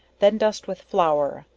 then dust with flour,